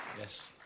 Yes